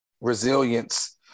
Resilience